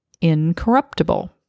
incorruptible